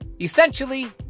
essentially